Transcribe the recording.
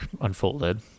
unfolded